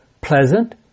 pleasant